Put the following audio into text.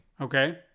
Okay